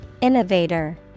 Innovator